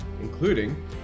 including